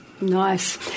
Nice